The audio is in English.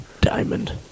Diamond